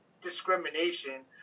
discrimination